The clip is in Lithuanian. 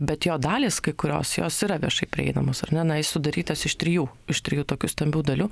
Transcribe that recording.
bet jo dalys kai kurios jos yra viešai prieinamos ar ne na jis sudarytas iš trijų iš trijų tokių stambių dalių